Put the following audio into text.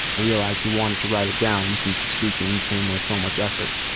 i realized he wanted to write it down since speaking came with so much effort.